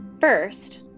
first